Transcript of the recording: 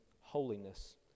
holiness